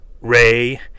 Ray